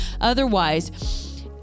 otherwise